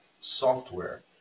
software